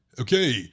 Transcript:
okay